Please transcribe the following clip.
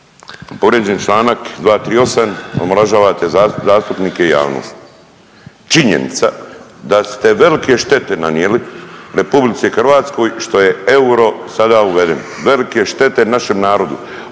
povrijeđen je čl. 238. omalovažavate zastupnike i javnost. Činjenica da ste velike štete nanijeli RH što je euro sada uveden, velike štete našem narodu,